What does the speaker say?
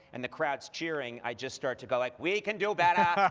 and the crowd's cheering, i just start to go like, we can do better!